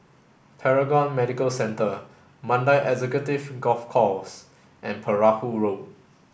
Paragon Medical Centre Mandai Executive Golf Course and Perahu Road